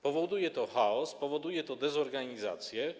Powoduje to chaos, powoduje to dezorganizację.